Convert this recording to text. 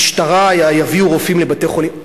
שמשטרה תביא רופאים לבתי-חולים?